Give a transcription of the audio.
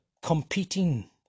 competing